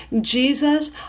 Jesus